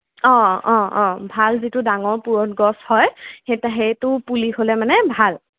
অঁ অঁ অঁ ভাল যিটো ডাঙৰ পুৰঠ গছ হয় সেইটো পুলি হ'লে মানে ভাল